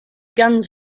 guns